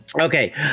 Okay